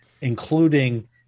including